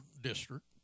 district